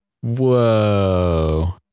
whoa